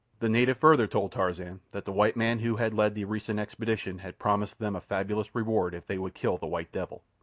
the native further told tarzan that the white man who had led the recent expedition had promised them a fabulous reward if they would kill the white devil.